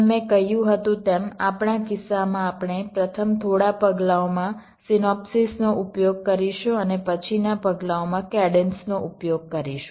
જેમ મેં કહ્યું હતું તેમ આપણા કિસ્સામાં આપણે પ્રથમ થોડા પગલાંઓમાં સિનોપ્સીસનો ઉપયોગ કરીશું અને પછીના પગલાંઓમાં કેડન્સનો ઉપયોગ કરીશું